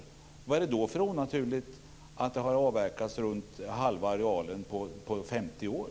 Varför är det då så konstigt att man har slutavverkat omkring halva arealen på 50 år?